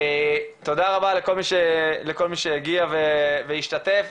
תודה רבה לכל מי שהגיע והשתתף,